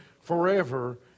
forever